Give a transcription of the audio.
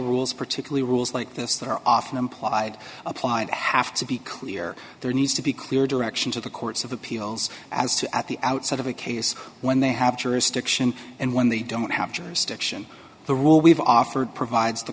rules particularly rules like this that are often implied applied have to be clear there needs to be clear direction to the courts of appeals as to at the outset of a case when they have jurisdiction and when they don't have jurisdiction the rule we've offered provides the